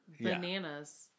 Bananas